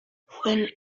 fue